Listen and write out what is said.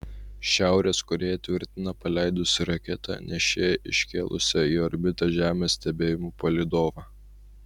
šiaurės korėja tvirtina paleidusi raketą nešėją iškėlusią į orbitą žemės stebėjimų palydovą